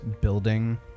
building